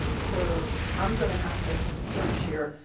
um so i'm going to have to search here.